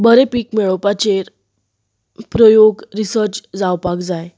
बरे पीक मेळोवपाचेर प्रयोग रिसर्च जावपाक जाय